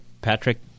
Patrick